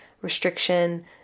restriction